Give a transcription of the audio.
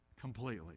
completely